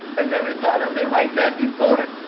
i never thought of it like that before.